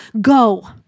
go